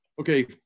Okay